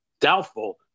doubtful